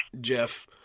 Jeff